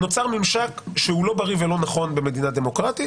ממשק שהוא לא בריא ולא נכון במדינה דמוקרטית.